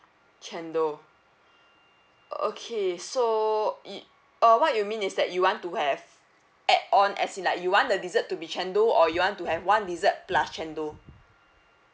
chendol okay so it uh what you mean is that you want to have add on as in like you want the dessert to be chendol or you want to have one dessert plus chendol